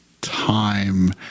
time